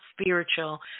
spiritual